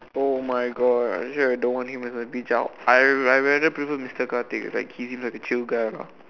oh my God I'm sure I don't want him as a P_E teacher I I rather prefer mister Khartik it's like he seem like a chill guy lah